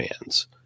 fans